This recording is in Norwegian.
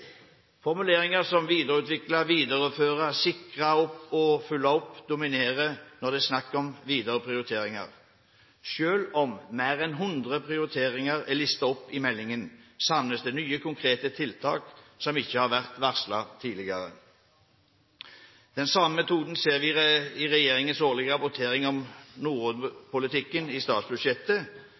Formuleringer som «videreutvikle», «videreføre», «sikre og følge opp» dominerer når det er snakk om videre prioriteringer. Selv om mer enn hundre prioriteringer er listet opp i meldingen, savnes det nye konkrete tiltak som ikke har vært varslet tidligere. Den samme metoden ser vi i regjeringens årlige rapportering om nordområdepolitikken i statsbudsjettet.